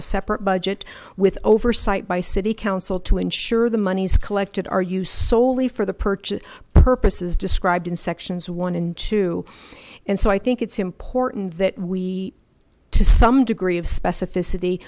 a separate budget with oversight by city council to ensure the monies collected are use solely for the purchase purposes described in sections one and two and so i think it's important that we to some degree of specificity